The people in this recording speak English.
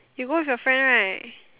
you go with your friend right